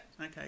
okay